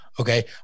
okay